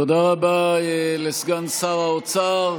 תודה רבה לסגן שר האוצר.